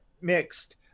mixed